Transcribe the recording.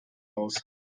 aus